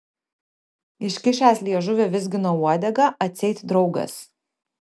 iškišęs liežuvį vizgino uodegą atseit draugas